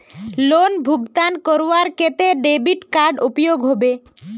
Loan भुगतान करवार केते डेबिट कार्ड उपयोग होबे?